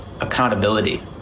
accountability